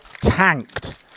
tanked